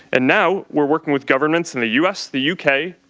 and now we are working with governments in the u s, the u k,